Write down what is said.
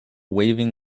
waving